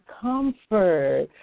comfort